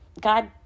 God